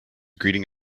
greeting